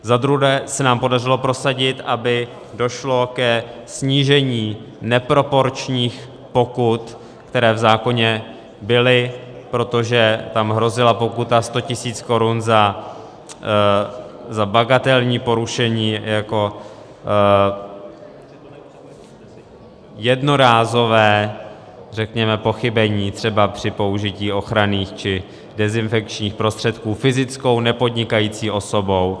Za druhé se nám podařilo prosadit, aby došlo ke snížení neproporčních pokut, které v zákoně byly, protože tam hrozila pokuta 100 tisíc korun za bagatelní porušení, jako jednorázové, řekněme, pochybení třeba při použití ochranných či dezinfekčních prostředků fyzickou nepodnikající osobou.